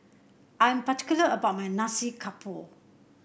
I'm particular about my Nasi Campur